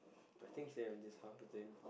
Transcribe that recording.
I think same just half day